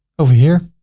over here?